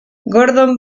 gordon